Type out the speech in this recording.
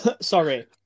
Sorry